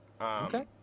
Okay